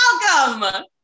welcome